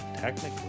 technically